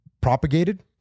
propagated